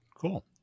cool